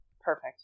perfect